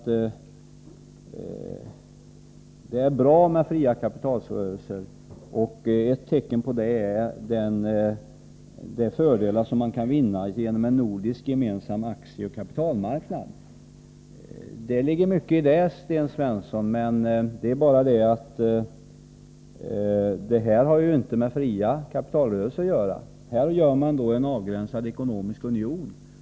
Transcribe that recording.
Han sade: Det är bra med fria kapitalrörelser, och ett tecken på det är de fördelar som man kan vinna med en nordisk gemensam aktieoch kapitalmarknad. Det ligger mycket i det, Sten Svensson, men en sådan gemensam marknad har inget med fria kapitalrörelser att göra. Här skulle man skapa en avgränsad ekonomisk union.